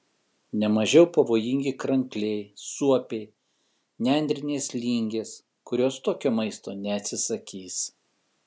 ne mažiau pavojingi krankliai suopiai nendrinės lingės kurios tokio maisto neatsisakys